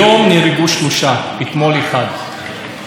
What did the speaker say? תוך 24 שעות נהרגו כבר ארבעה.